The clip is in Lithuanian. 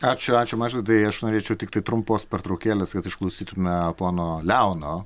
ačiū ačiū mažvydai aš norėčiau tiktai trumpos pertraukėlės kad išklausytume pono leono